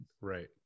right